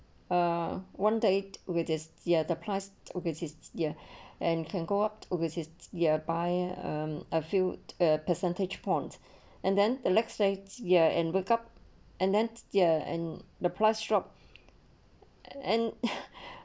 uh one date with this ya the price there and can go up with the ya by um a few a percentage point and then the next year and wake up and then steer and the price drop and